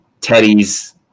Teddy's